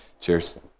Cheers